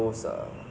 if you